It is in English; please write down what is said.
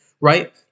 right